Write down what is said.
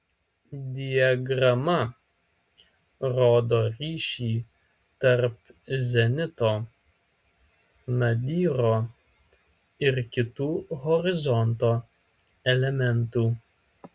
diagrama rodo ryšį tarp zenito nadyro ir kitų horizonto elementų